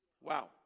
Wow